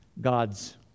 God's